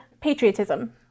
patriotism